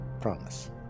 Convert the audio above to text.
promise